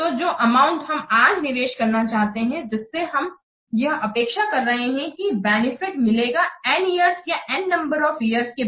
तो जो अमाउंट हम आज निवेश करना चाहते हैं जिससे हम यह अपेक्षा कर रहे हैं कि बेनिफिट मिलेगा n इयर्सया n नंबर ऑफ इयर्स के बाद